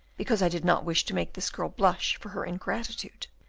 because i did not wish to make this girl blush for her ingratitude.